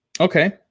okay